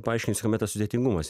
paaiškinsiu kame tas sudėtingumas